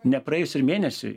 nepraėjus ir mėnesiui